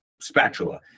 spatula